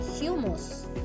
humus